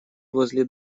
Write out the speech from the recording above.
возле